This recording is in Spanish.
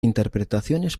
interpretaciones